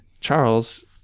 Charles